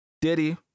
Diddy